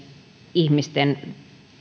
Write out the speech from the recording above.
ihmisten